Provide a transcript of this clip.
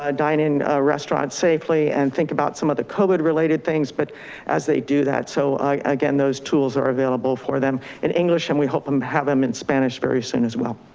dining restaurants safely and think about some of the covid related things. but as they do that, so again, those tools are available for them in english, and we hope them have them in spanish very soon as well.